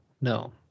No